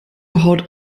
haut